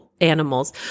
animals